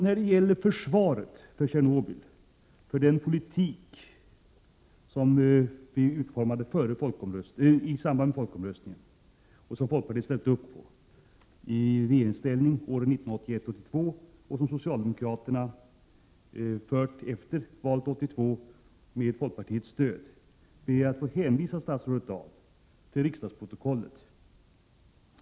När det gäller debatten före Tjernobyl och försvaret för den politik som vi utformade i samband med folkomröstningen och som folkpartiet drev i regeringsställning åren 1981—1982 och socialdemokraterna fört efter valet 1982 med folkpartiets stöd, ber jag att få hänvisa statsrådet Dahl till riksdagsprotokollet.